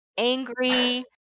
angry